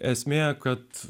esmė kad